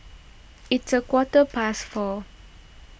its a quarter past four